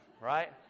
right